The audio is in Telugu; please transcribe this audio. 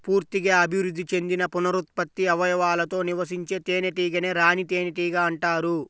పూర్తిగా అభివృద్ధి చెందిన పునరుత్పత్తి అవయవాలతో నివసించే తేనెటీగనే రాణి తేనెటీగ అంటారు